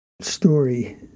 story